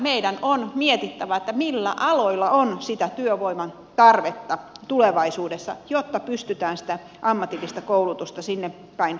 meidän on myöskin mietittävä millä aloilla on sitä työvoiman tarvetta tulevaisuudessa jotta pystytään sitä ammatillista koulutusta sinne päin ohjaamaan